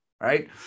right